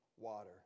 water